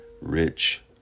rich